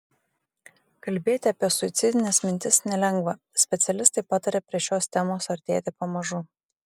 kalbėti apie suicidines mintis nelengva specialistai pataria prie šios temos artėti pamažu